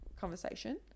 conversation